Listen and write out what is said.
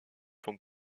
font